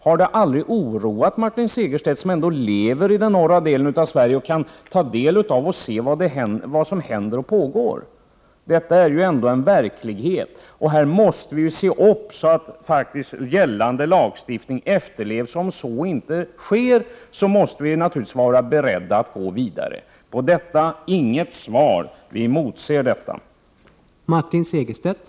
Har det aldrig oroat Martin Segerstedt vad som händer i den norra delen av Sverige? Han lever ju där och kan se vad som sker. Vi måste tillse att gällande lag efterlevs. Om så inte sker måste vi vara beredda att vidta åtgärder. Jag motser ett svar — Prot. 1988/89:120 på dessa mina frågor. 24 maj 1989